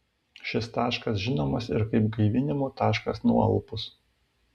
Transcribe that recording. šis taškas žinomas ir kaip gaivinimo taškas nualpus